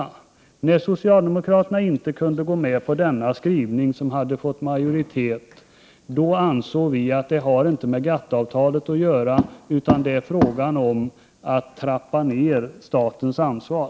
När socialdemokraterna inte kunde gå med på denna skrivning, som hade fått majoritet, ansåg vi att denna fråga inte har med GATT-avtalet att göra, utan att det är fråga om att trappa ner statens ansvar.